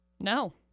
No